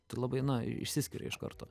tai labai na išsiskiria iš karto